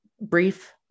brief